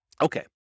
Okay